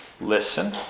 listen